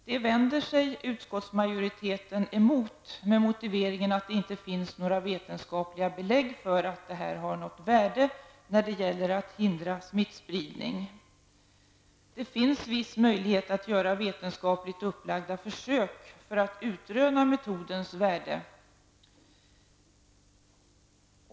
Det vänder sig utskottsmajoriteten emot, med motiveringen att det inte finns några vetenskapliga belägg för att detta har något värde när det gäller att hindra smittspridning. Det finns viss möjlighet att göra vetenskapligt upplagda försök för att utröna metodens värde.